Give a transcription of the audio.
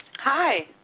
Hi